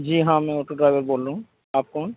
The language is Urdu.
جی ہاں میں آٹو ڈرائیور بول رہا ہوں آپ کون